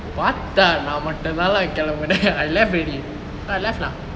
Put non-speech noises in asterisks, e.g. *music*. பாத்தா நா மட்டும் தான் கெலம்புனேன்:paathaa naa mattumthaan kelambunen *laughs* I left already so I left lah